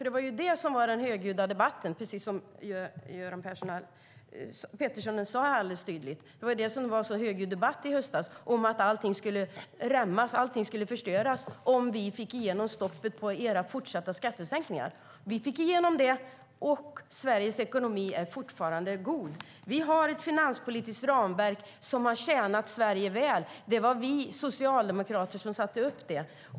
Det var ju det som det var en så högljudd debatt om i höstas, precis som Göran Pettersson sade här alldeles tydligt, att allting skulle rämna och förstöras om vi fick igenom stoppet på era fortsatta skattesänkningar. Vi fick igenom det, och Sveriges ekonomi är fortfarande god. Vi har ett finanspolitiskt ramverk som har tjänat Sverige väl. Det var vi socialdemokrater som satte upp det.